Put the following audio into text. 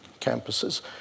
campuses